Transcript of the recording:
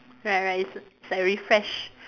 right right it's it's like refresh